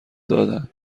دادند